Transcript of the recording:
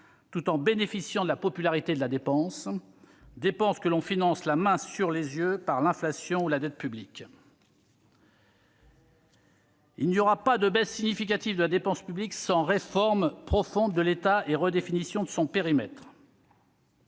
tout en bénéficiant de la popularité de la dépense, dépense que l'on finance la main sur les yeux par l'inflation ou la dette publique ! Il n'y aura pas de baisse significative de la dépense publique sans réforme profonde de l'État et redéfinition de son périmètre.